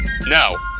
No